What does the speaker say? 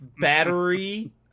battery